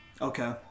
Okay